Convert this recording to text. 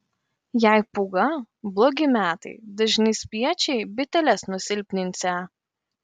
jei pūga blogi metai dažni spiečiai biteles nusilpninsią